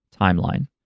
timeline